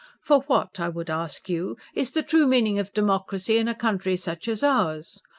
for what, i would ask you, is the true meaning of democracy in a country such as ours?